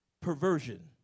perversion